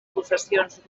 possessions